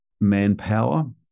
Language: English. manpower